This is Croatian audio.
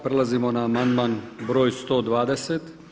Prelazimo na amandman broj 120.